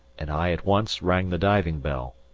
and i at once rang the diving bell,